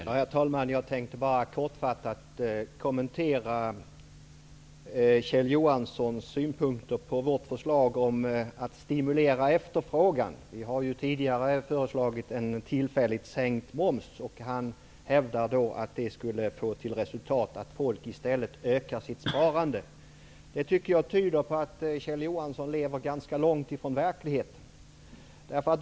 Herr talman! Jag skall bara kortfattat kommentera Kjell Johanssons synpunkter på vårt förslag om att stimulera efterfrågan. Vi har ju tidigare föreslagit en tillfälligt sänkt moms. Kjell Johansson hävdar att det skulle få till resultat att folk i stället ökar sitt sparande. Detta tyder på att Kjell Johansson lever ganska långt ifrån verkligheten.